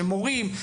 שמורים,